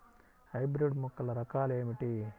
Hybrid మొక్కల రకాలు ఏమిటి?